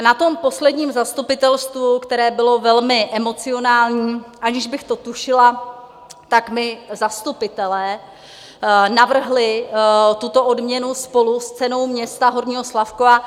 Na tom posledním zastupitelstvu, které bylo velmi emocionální, aniž bych to tušila, tak mi zastupitelé navrhli tuto odměnu spolu s cenou města Horního Slavkova.